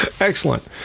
Excellent